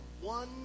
one